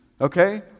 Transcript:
Okay